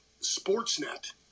Sportsnet